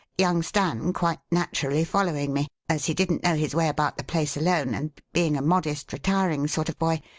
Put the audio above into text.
young stan quite naturally following me, as he didn't know his way about the place alone, and, being a modest, retiring sort of boy,